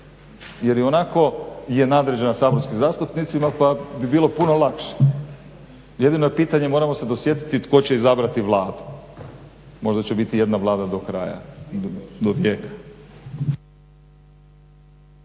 jer ionako je nadređena saborskim zastupnicima pa bi bilo puno lakše. Jedino je pitanje, moramo se dosjetiti tko će izabrati Vladu. Možda će biti jedna Vlada do kraja, do vijeka.